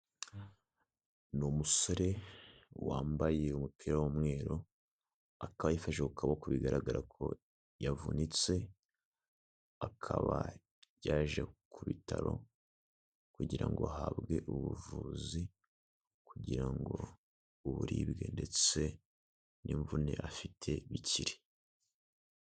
Ni umusore wambaye umupira w'umweru akaba yifashe ku kaboko bigaragara ko yavunitse akaba yaje ku bitaro kugira ngo ahabwe ubuvuzi kugira ngo uburibwe ndetse n'imvune afite bikire.